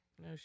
No